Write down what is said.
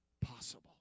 possible